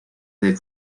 del